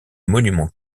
monuments